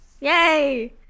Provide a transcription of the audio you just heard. Yay